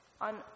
on